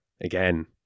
again